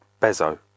Bezo